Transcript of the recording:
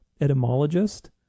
etymologist